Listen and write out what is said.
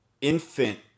infant